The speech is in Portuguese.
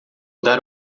dar